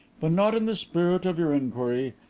but not in the spirit of your inquiry.